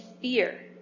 fear